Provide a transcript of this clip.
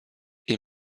est